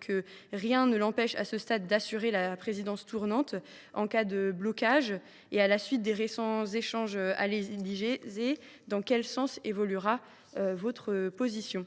que rien ne l’empêche, à ce stade, d’assurer la présidence tournante. En cas de blocage et à la suite des récents échanges à l’Élysée, dans quel sens évoluera votre position ?